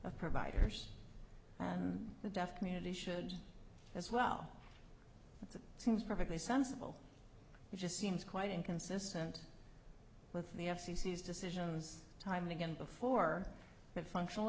of providers and the deaf community should as well but that seems perfectly sensible it just seems quite inconsistent with the f c c is decisions time again before that functional